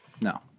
No